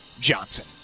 johnson